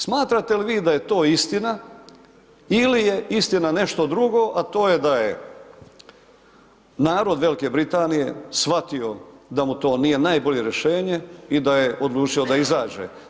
Smatrate li vi da je to istina ili je istina nešto drugo, a to je da je narod Velike Britanije shvatio da mu to nije najbolje rješenje i da je odlučio da izađe.